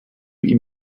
ihm